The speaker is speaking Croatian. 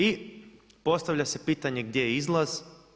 I postavlja se pitanje gdje je izlaz?